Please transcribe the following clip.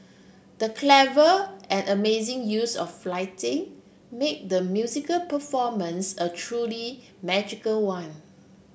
the clever and amazing use of lighting made the musical performance a truly magical one